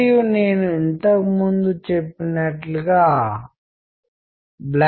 అదే వస్తువు అదే స్టిములై ఉద్దీపన ప్రేరణ - ఈ సందర్భంలో అది స్టిములై కోక్ లేదా కోక్ యొక్క చిత్రం ఉంటుంది